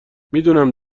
میدونم